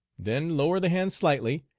then lower the hands slightly,